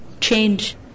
Change